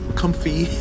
comfy